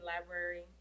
library